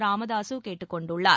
ராமதாசு கேட்டுக் கொண்டுள்ளார்